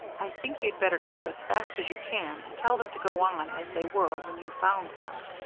i think you'd better go as fast as you can and tell them to go on as they were when you found them.